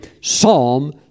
Psalm